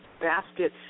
basket